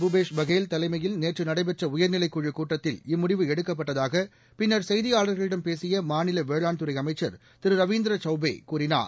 பூபேஷ் பகேல் தலைமையில் நேற்று நடைபெற்ற உயர்நிலைக் குழுக் கூட்டத்தில் இம்முடிவு எடுக்கப்பட்டதாக பின்னர் செய்தியாளர்களிடம் பேசிய மாநில வேளாண்துறை அமைச்சர் திரு ரவீந்திர சௌபே கூறினார்